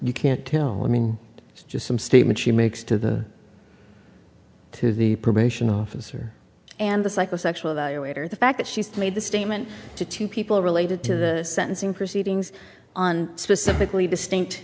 you can't tell i mean it's just some statement she makes to the to the probation officer and the psychosexual waiter the fact that she made the statement to two people related to the sentencing proceedings on specifically distinct